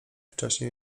wcześnie